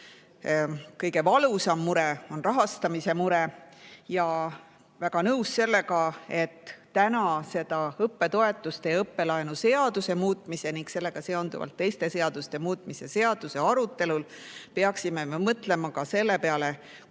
Kõige valusam mure on rahastamise mure. Olen väga nõus sellega, et tänasel õppetoetuste ja õppelaenu seaduse muutmise ning sellega seonduvalt teiste seaduste muutmise seaduse arutelul peaksime me mõtlema selle peale,